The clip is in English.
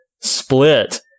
Split